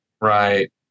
Right